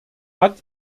hat